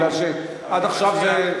כי עד עכשיו זה,